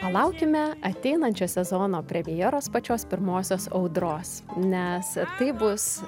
palaukime ateinančio sezono premjeros pačios pirmosios audros nes tai bus